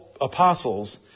apostles